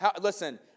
listen